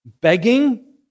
begging